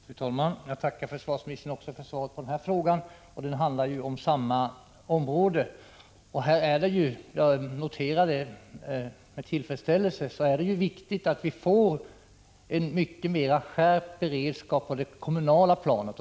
Fru talman! Jag tackar försvarsministern också för svaret på den här 22 maj 1986 frågan. Den berör samma område som den förra. Det är viktigt att vi får en avsevärt skärpt beredskap på det kommunala planet.